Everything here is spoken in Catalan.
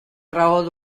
raó